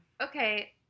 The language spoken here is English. Okay